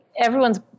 everyone's